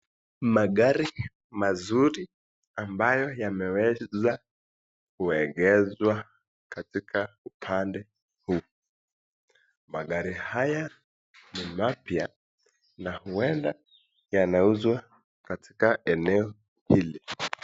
Magari mazuri ambayo yameweza kuegeshwa katika upande huu. Magari haya ni mapya na huenda yanauzwa katika eneo hili.